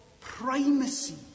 primacy